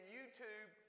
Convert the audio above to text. YouTube